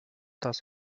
das